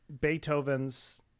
Beethoven's